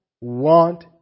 want